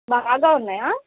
బాగా ఉన్నాయా